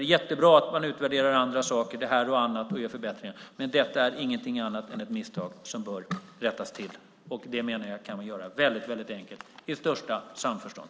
Det är jättebra att man utvärderar andra saker och gör förbättringar. Detta är ingenting annat än ett misstag som bör rättas till. Det menar jag att man kan göra väldigt enkelt i största samförstånd.